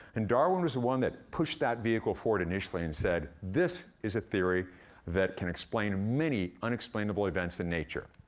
and darwin was the one that pushed that vehicle forward initially, and said, this is a theory that can explain many unexplainable events in nature.